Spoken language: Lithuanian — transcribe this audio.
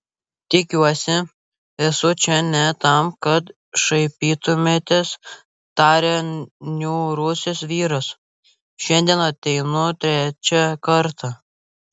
tikiuosi esu čia ne tam kad šaipytumėtės tarė niūrusis vyras šiandien ateinu trečią kartą